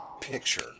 picture